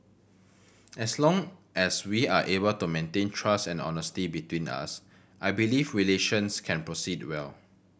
as long as we are able to maintain trust and honesty between us I believe relations can proceed well